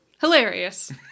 hilarious